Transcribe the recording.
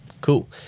Cool